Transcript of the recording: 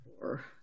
Four